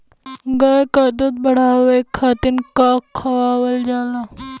गाय क दूध बढ़ावे खातिन का खेलावल जाय?